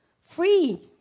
free